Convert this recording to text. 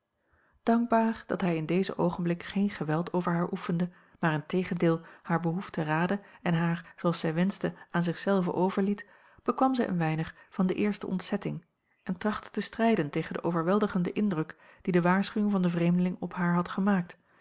dankbaar dat hij in dezen oogenblik geen geweld over haar oefende maar integendeel hare behoefte raadde en haar zooals zij wenschte aan zich zelve overliet bekwam zij een weinig van de eerste ontzetting en trachtte te strijden tegen den overweldigenden indruk dien de waarschuwing van den vreemdeling op haar had gemaakt